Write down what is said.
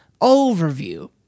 overview